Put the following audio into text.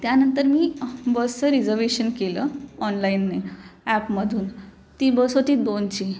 त्यानंतर मी बसचं रिझर्वेशन केलं ऑनलाईनने ॲपमधून ती बस होती दोनची